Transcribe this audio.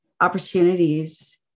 opportunities